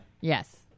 Yes